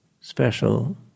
special